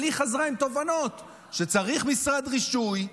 אבל היא חזרה עם תובנות שצריך משרד רישוי,